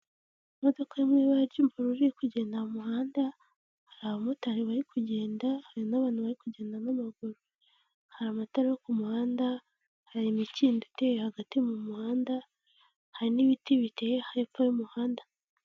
Imodoka yo mu ibara ry'ubururu iri kugenda mu muhanda, hari abamotari bari kugenda, hari n'abantu bari kugenda n'amaguru. Hari amatara yo ku muhanda, hari imikindo iteye hagati mu muhanda, hari n'ibiti biteye hepfo y'umuhanda...